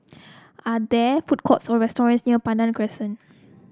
are there food courts or restaurants near Pandan Crescent